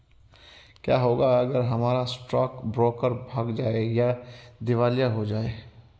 क्या होगा अगर हमारा स्टॉक ब्रोकर भाग जाए या दिवालिया हो जाये?